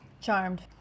Charmed